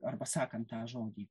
arba sakant tą žodį